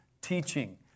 teaching